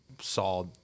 saw